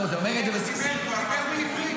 אתה מכיר את זה ואני מכיר: ברגע שיש